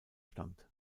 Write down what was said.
stammt